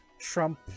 Trump